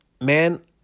man